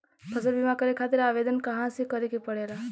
फसल बीमा करे खातिर आवेदन कहाँसे करे के पड़ेला?